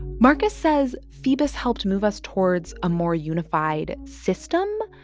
markus says phoebus helped move us towards a more unified system.